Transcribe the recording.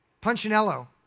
Punchinello